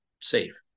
safe